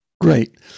great